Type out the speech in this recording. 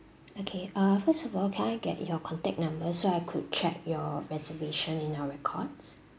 okay uh first of all can I get your contact number so I could check your reservation in our records